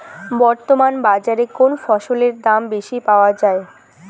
বর্তমান বাজারে কোন ফসলের দাম বেশি পাওয়া য়ায়?